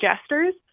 gestures